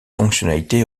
fonctionnalité